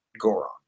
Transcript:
Goron